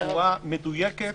בצורה מדויקת.